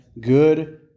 good